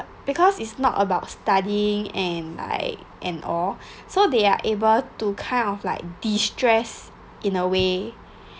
because it's not about studying and like and all so they are able to kind of like distress in a way